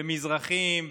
מזרחים,